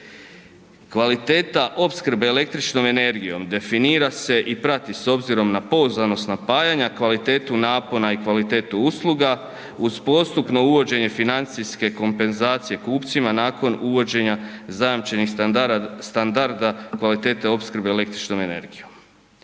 Kvaliteta opskrbe električnom energijom definira se i prati s obzirom na pouzdanost napajanja kvalitetu napona i kvalitetu usluga uz postupno uvođenje financijske kompenzacije kupcima nakon uvođenja zajamčenih standarda kvalitete opskrbe električnom energijom.